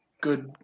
good